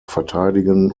verteidigen